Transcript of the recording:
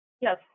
Yes